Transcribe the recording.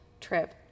trip